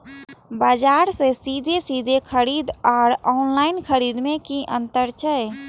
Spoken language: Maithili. बजार से सीधे सीधे खरीद आर ऑनलाइन खरीद में की अंतर छै?